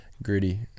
Gritty